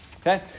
Okay